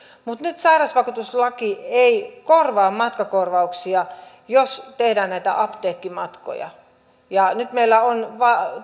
mutta nyt sairausvakuutuslaki ei korvaa matkakorvauksia jos tehdään näitä apteekkimatkoja nyt meillä on